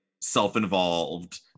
self-involved